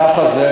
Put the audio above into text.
ככה זה,